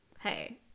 Hey